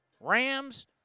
Rams